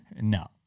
no